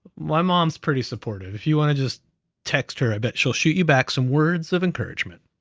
my mom's pretty supportive. if you want to just text her, i bet she'll shoot you back some words of encouragement.